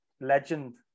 legend